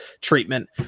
treatment